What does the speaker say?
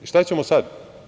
I šta ćemo sad?